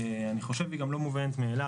אני חושב שהיא גם לא מובנת מאליה.